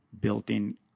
Built-in